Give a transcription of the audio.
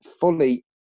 fully